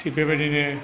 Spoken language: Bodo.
थिग बेबायदिनो